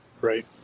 Right